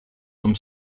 zum